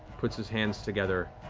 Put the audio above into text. puts his hands together.